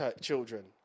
children